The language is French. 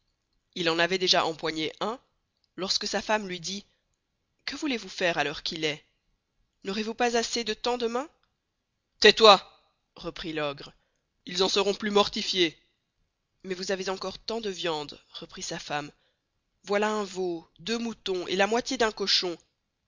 il en avoit déjà empoigné un lors que sa femme luy dit que voulez-vous faire à l'heure qu'il est n'aurés vous pas assez de temps demain matin tais toy reprit l'ogre ils en seront plus mortifiés mais vous avez encore là tant de viande reprit sa femme voilà un veau deux moutons et la moitié d'un cochon